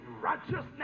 righteousness